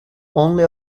only